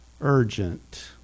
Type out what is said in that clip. urgent